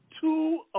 two